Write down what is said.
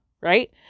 right